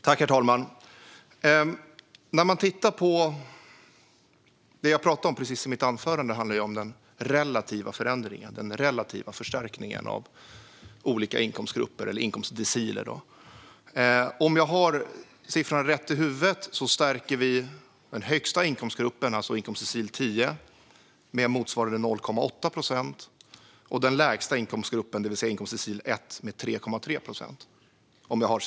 Herr talman! Jag talade precis i mitt anförande om den relativa förändringen och förstärkningen för olika inkomstdeciler. Om jag minns siffrorna rätt, vilket jag tror, stärker vi den högsta inkomstgruppen, inkomstdecil 10, med motsvarande 0,8 procent och den lägsta inkomstgruppen, inkomstdecil 1, med 3,3 procent.